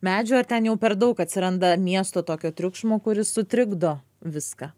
medžių ar ten jau per daug atsiranda miesto tokio triukšmo kuris sutrikdo viską